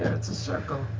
it's a circle.